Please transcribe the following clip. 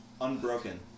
Unbroken